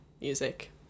music